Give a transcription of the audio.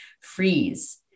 freeze